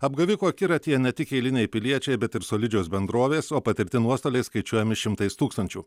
apgavikų akiratyje ne tik eiliniai piliečiai bet ir solidžios bendrovės o patirti nuostoliai skaičiuojami šimtais tūkstančių